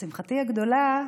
ולשמחתי הגדולה